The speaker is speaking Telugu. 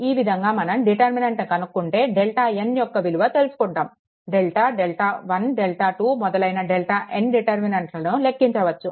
ఈ విధంగా మనం డిటర్మినెంట్ కనుక్కుంటే డెల్టాn యొక్క విలువ తెలుసుకుంటాము డెల్టా డెల్టా1 డెల్టా2 మొదలైన డెల్టాn డిటర్మినెంట్లను లెక్కించవచ్చు